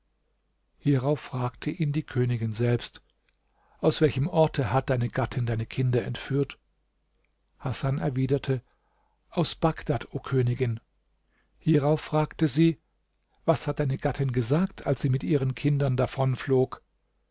hierauf fragte ihn die königin selbst aus welchem orte hat deine gattin deine kinder entführt hasan erwiderte aus bagdad o königin hierauf fragte sie was hat deine gattin gesagt als sie mit ihren kindern